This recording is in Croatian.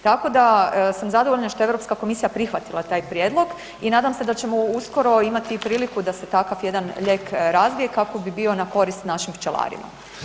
Tako da sam zadovoljna što je Europska komisija prihvatila taj prijedlog i nadam se da ćemo uskoro imati i priliku da se takav jedan lijek razvije kako bi bio na korist našim pčelarima.